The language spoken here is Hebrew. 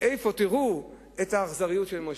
תראו את האכזריות של משה.